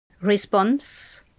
Response